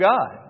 God